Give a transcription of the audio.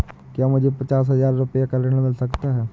क्या मुझे पचास हजार रूपए ऋण मिल सकता है?